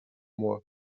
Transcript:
moi